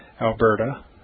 Alberta